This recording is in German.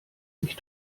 sich